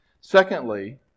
Secondly